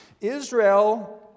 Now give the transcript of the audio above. Israel